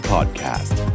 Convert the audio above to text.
Podcast